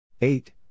Eight